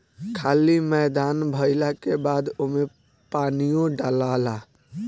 खाली मैदान भइला के बाद ओमे पानीओ डलाला